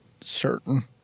certain